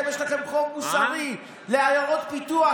יש לכם חוב מוסרי לעיירות פיתוח,